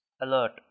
alert